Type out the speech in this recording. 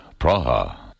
Praha